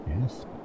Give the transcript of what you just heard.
yes